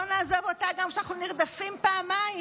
לא נעזוב אותה גם כשאנחנו נרדפים פעמיים: